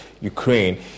Ukraine